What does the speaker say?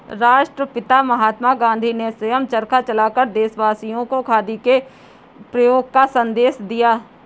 राष्ट्रपिता महात्मा गांधी ने स्वयं चरखा चलाकर देशवासियों को खादी के प्रयोग का संदेश दिया